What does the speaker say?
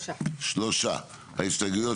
הצבעה בעד 2 נגד 3 ההסתייגויות לא התקבלו.